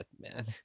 man